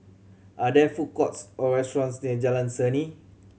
are there food courts or restaurants near Jalan Seni